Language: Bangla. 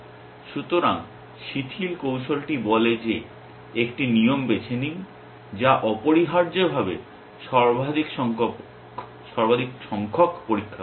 সুতরাং শিথিল কৌশলটি বলে যে একটি নিয়ম বেছে নিন যা অপরিহার্যভাবে সর্বাধিক সংখ্যক পরীক্ষা করে